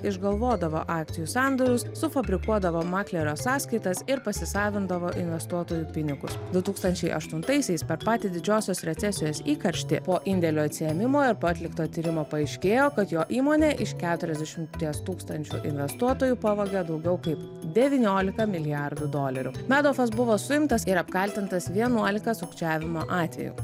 išgalvodavo akcijų sandorius sufabrikuodavo maklerio sąskaitas ir pasisavindavo investuotojų pinigus du tūkstančiai aštuntaisiais per patį didžiosios recesijos įkarštį po indėlių atsiėmimo ir po atlikto tyrimo paaiškėjo kad jo įmonė iš keturiasdešimties tūkstančių investuotojų pavogė daugiau kaip devyniolika milijardų dolerių medofas buvo suimtas ir apkaltintas vienuolika sukčiavimo atvejų